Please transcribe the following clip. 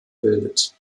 bildet